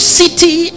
city